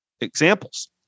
examples